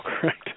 correct